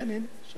כן, הנה.